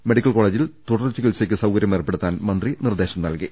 medical കോളേജിൽ തുടർ ചികിൽസക്ക് സൌകര്യമേർപ്പെടുത്താൻ മന്ത്രി നിർദേശം നല്കി